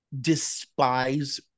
despise